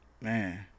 Man